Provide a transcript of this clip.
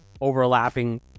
overlapping